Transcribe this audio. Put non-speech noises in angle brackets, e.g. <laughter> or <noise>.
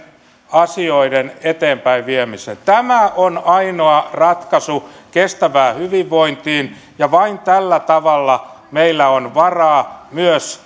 asioiden eteenpäinviemiseen tämä on ainoa ratkaisu kestävään hyvinvointiin ja vain tällä tavalla meillä on varaa myös <unintelligible>